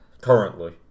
Currently